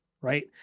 right